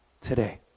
today